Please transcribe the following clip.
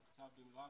תוקצב במלואה,